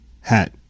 hat